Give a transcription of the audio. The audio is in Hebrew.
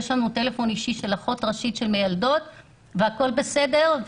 יש להם טלפון אישי של אחות ראשית במיילדות והכול בסדר.